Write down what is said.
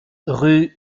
rue